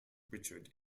richard